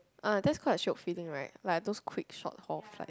uh that's quite a shiok feeling right like those a quick short haul flight